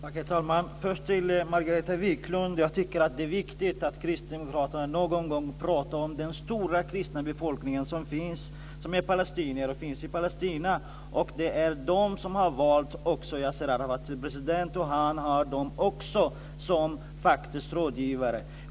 Herr talman! Först till Margareta Viklund: Jag tycker att det är viktigt att kristdemokraterna någon gång talar om den stora kristna befolkningen som är palestinier och finns i Palestina. Det är också dessa människor som har valt Yassir Arafat till president. Och han har faktiskt dem också som rådgivare.